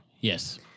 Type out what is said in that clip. Yes